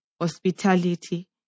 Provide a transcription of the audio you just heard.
hospitality